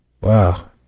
Wow